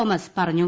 Thomas പറഞ്ഞു